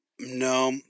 no